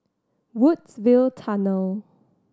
Woodsville Tunnel